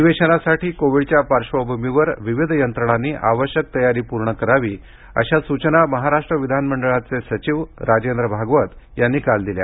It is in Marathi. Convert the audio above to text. अधिवेशनासाठी कोविडच्या पार्श्वभूमीवर विविध यंत्रणांनी आवश्यक तयारी पूर्ण करावी अशा सूचना महाराष्ट्र विधानमंडळाचे सचिव राजेंद्र भागवत यांनी काल दिल्या